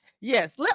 Yes